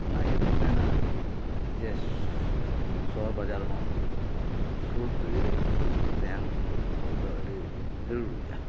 ᱚᱱᱟ ᱤᱭᱟᱹᱛᱤᱧ ᱢᱮᱱᱟ ᱥᱚᱦᱚᱨ ᱵᱟᱡᱟᱨ ᱦᱚᱸ ᱥᱩᱨ ᱨᱮ ᱛᱟᱦᱮᱱ ᱫᱚ ᱟᱹᱰᱤ ᱡᱟᱹᱨᱩᱲ ᱜᱮᱭᱟ